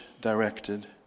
directed